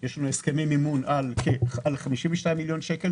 יש לנו הסכמי מימון על 52 מיליון שקל,